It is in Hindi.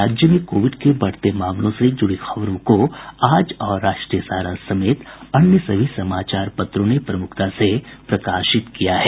राज्य में कोविड के बढ़ते मामलों से जुड़ी खबरों को आज और राष्ट्रीय सहारा समेत अन्य सभी समाचार पत्रों ने प्रमुखता से प्रकाशित किया है